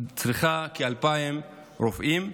צריכה כ-2,000 רופאים.